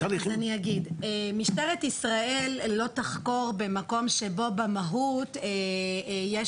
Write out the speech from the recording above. משטרת ישראל לא תחקור במקום שבו במהות יש